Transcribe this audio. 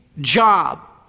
job